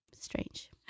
strange